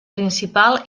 principal